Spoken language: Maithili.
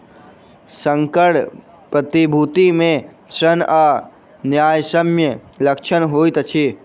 संकर प्रतिभूति मे ऋण आ न्यायसम्य लक्षण होइत अछि